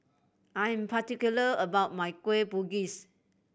I am particular about my Kueh Bugis